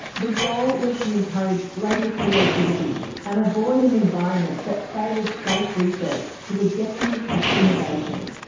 the goal was to encourage greater creativity and avoid an environment that favours safe research to the detriment of innovation.